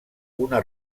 una